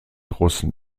russen